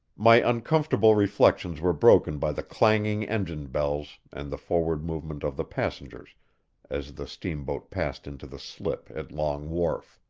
my uncomfortable reflections were broken by the clanging engine-bells and the forward movement of the passengers as the steamboat passed into the slip at long wharf.